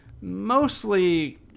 mostly